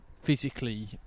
physically